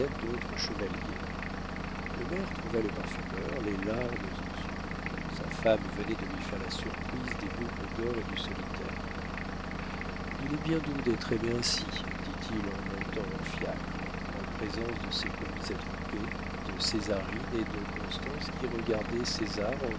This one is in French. d'autres chevaliers le maire trouva le parfumeur les larmes aux yeux sa femme venait de lui faire la surprise des boucles d'or et du solitaire il est bien doux d'être aimé ainsi dit-il en montant en fiacre en présence de ses commis attroupés de césarine et de constance qui regardaient césar